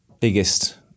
biggest